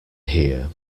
here